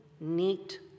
neat